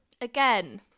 Again